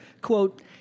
quote